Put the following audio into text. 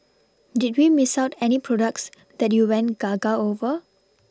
did we Miss out any products that you went Gaga over